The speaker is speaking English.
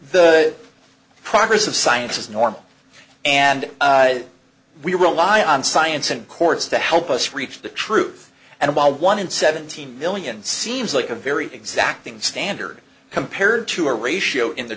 the progress of science is normal and we rely on science and courts to help us reach the truth and why one in seventeen million seems like a very exacting standard compared to a ratio in the